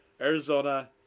Arizona